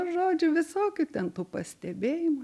žodžiu visokių ten tų pastebėjimų